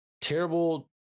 terrible